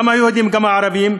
גם היהודים וגם הערבים,